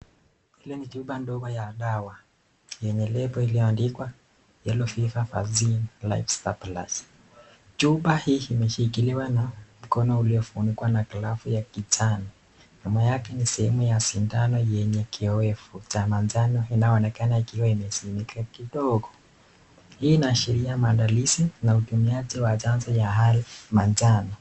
Hii ni chupa ndogo ya dawa yenye lebo iliyoandikwa yellow fever vaccine life surplus , chupa hii imeshikiliwa na mkono uliofunikwa na glavu ya kijani. Nyuma yake ni sehemu ya sindano yenye kiowefu cha manjano inayoonekana kua imezimika kidogo. Hii inaashiria maandalizi na utumiaji wa chanjo ya manjano.